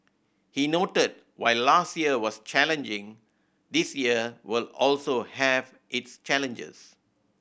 he noted while last year was challenging this year will also have its challenges